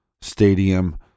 stadium